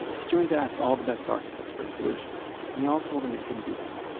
stearns asked all the best architects for a solution, and they all told him it couldn't be done.